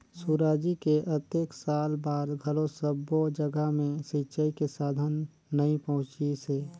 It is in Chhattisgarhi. सुराजी के अतेक साल बार घलो सब्बो जघा मे सिंचई के साधन नइ पहुंचिसे